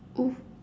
oh